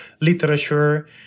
literature